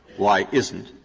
why isn't